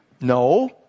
no